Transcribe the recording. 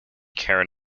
karen